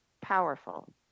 powerful